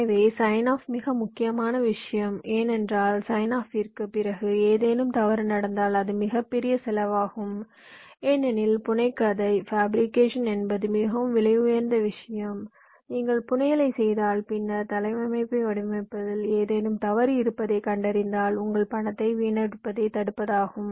எனவே sign off மிக முக்கியமான விஷயம் ஏனென்றால் சைன் ஆப்ற்கு பிறகு ஏதேனும் தவறு நடந்தால் அது மிகப் பெரிய செலவாகும் ஏனெனில் புனைகதை என்பது மிகவும் விலையுயர்ந்த விஷயம் நீங்கள் புனையலைச் செய்தால் பின்னர் தளவமைப்பை வடிவமைப்பதில் ஏதேனும் தவறு இருப்பதைக் கண்டறிந்தால் உங்கள் பணத்தை வீணடிப்பதை தடுப்பதாகும்